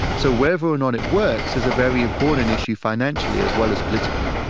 so whether or not it works is a very important issue financially as well as politically.